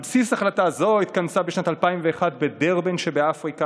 על בסיס החלטה זו התכנסה בשנת 2001 בדרבן שבאפריקה,